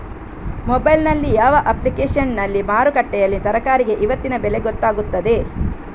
Mobile ನಲ್ಲಿ ಯಾವ ಅಪ್ಲಿಕೇಶನ್ನಲ್ಲಿ ಮಾರುಕಟ್ಟೆಯಲ್ಲಿ ತರಕಾರಿಗೆ ಇವತ್ತಿನ ಬೆಲೆ ಗೊತ್ತಾಗುತ್ತದೆ?